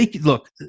Look